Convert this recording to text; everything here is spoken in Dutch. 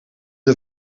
een